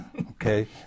okay